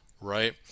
Right